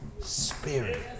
spirit